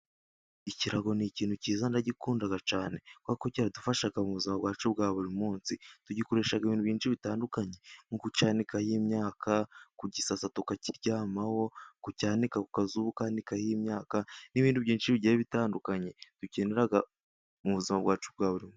Ikirago ni ikintu cyiza ndagikunda cyane, kuko kiradufasha mu buzima bwacu bwa buri munsi. tugikoresha ibintu byinshi bitandukanye, nko kucyanikaho imyaka, kugisasa tukakiryamaho, kucyanika ku kazuba ukanikaho imyaka, n'ibindi byinshi bigiye bitandukanye dukenera mu buzima bwacu bwa buri munsi.